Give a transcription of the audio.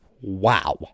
wow